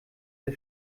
der